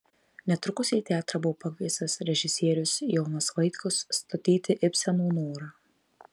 netrukus į teatrą buvo pakviestas režisierius jonas vaitkus statyti ibseno norą